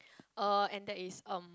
uh and that is uh